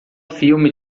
filme